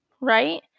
right